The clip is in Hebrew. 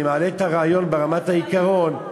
אני מעלה את הרעיון ברמת העיקרון.